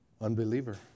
Unbeliever